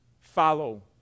Follow